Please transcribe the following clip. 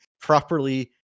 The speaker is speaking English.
properly